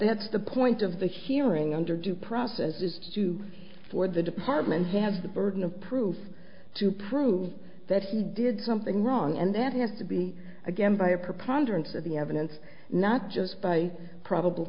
that's the point of the hearing under due process is due for the department has the burden of proof to prove that he did something wrong and that has to be again by a preponderance of the evidence not just by probable